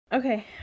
Okay